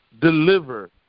deliver